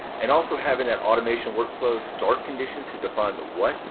and also, having that automation workflow start conditions to define the what,